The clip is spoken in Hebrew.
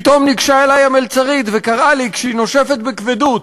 פתאום ניגשה אלי המלצרית וקראה לי כשהיא נושפת בכבדות: